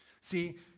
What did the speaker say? See